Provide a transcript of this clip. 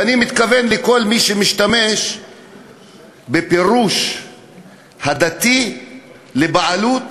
ואני מתכוון לכל מי שמשתמש בפירוש הדתי לבעלות